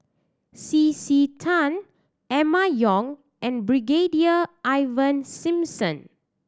C C Tan Emma Yong and Brigadier Ivan Simson